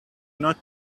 not